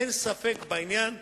אין ספק בעניין,